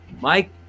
Mike